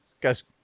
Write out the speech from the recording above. Guy's